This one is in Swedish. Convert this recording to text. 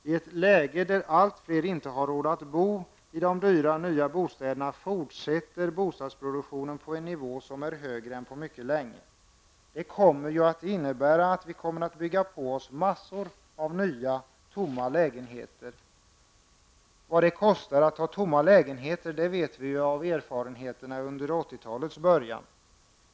I ett läge där allt fler inte har råd att bo i dyra nya bostäder fortsätter bostadsproduktionen på en nivå som är högre än som varit fallet på mycket länge. Det innebär att vi kommer att så att säga bygga på oss en mängd nya tomma lägenheter. Vad det kostar att ha tomma lägenheter vet vi av erfarenheterna från 80-talets början.